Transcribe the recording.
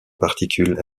particules